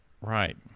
Right